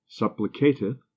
supplicateth